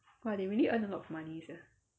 !wah! they really earn a lot of money sia